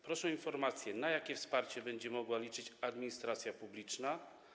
Proszę o informacje: Na jakie wsparcie będzie mogła liczyć administracja publiczna?